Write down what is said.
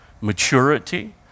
maturity